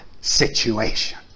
situation